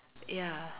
ya